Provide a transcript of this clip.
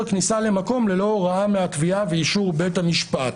כניסה למקום ללא הוראה מהקביעה ואישור בית המשפט.